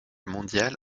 mondial